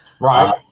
right